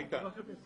תודה רבה,